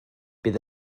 bydd